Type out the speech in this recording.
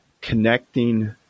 connecting